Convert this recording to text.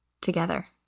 together